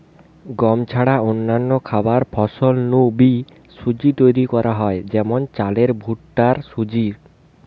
গম ছাড়া অন্যান্য খাবার ফসল নু বি সুজি তৈরি করা হয় যেমন চালের ভুট্টার সুজি